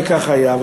וכך היה.